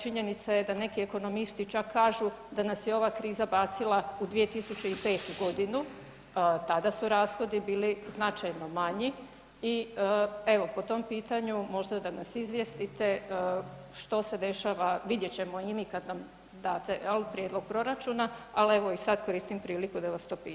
Činjenica je da neki ekonomisti čak kažu da nas je ova kriza bacila u 2005.g., tada su rashodi bili značajno manji i evo po tom pitanju možda da nas izvijestite što se dešava, vidjet ćemo i mi kad nam date jel prijedlog proračuna, al evo i sad koristim priliku da vas to pitam.